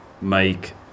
make